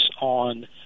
on